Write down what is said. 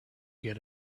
get